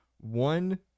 one